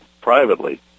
privately